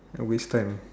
a waste time